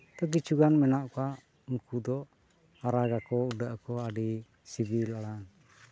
ᱠᱤᱪᱷᱩᱜᱟᱱ ᱢᱮᱱᱟᱜ ᱠᱚᱣᱟ ᱩᱱᱠᱩ ᱫᱚ ᱨᱟᱜ ᱟᱠᱚ ᱩᱰᱟᱹᱜ ᱟᱠᱚ ᱟᱹᱰᱤ ᱥᱤᱵᱤᱞ ᱟᱲᱟᱝ